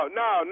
no